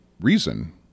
reason